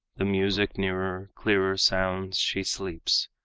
the music nearer, clearer sounds she sleeps.